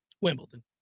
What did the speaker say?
Wimbledon